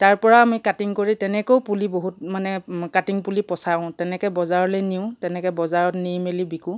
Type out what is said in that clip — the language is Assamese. তাৰপৰা আমি কাটিং কৰি তেনেকৈও পুলি বহুত মানে কাটিং পুলি পচাওঁ তেনেকৈ বজাৰলৈ নিওঁ তেনেকৈ বজাৰত নি মেলি বিকো